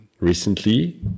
recently